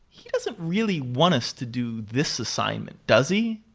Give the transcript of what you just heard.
he doesn't really want us to do this assignment. does he?